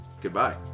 Goodbye